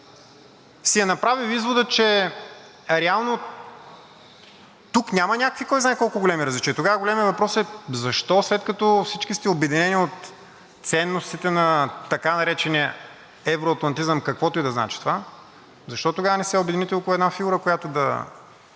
си е направил извода, че реално тук няма някакви кой знае колко големи различия. Тогава големият въпрос е защо, след като всички сте обединени от ценностите на така наречения евроатлантизъм, каквото и да значи това, защо тогава не се обедините около една фигура, която да